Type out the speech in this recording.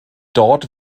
dort